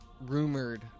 rumored